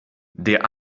der